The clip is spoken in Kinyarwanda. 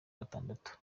batandatu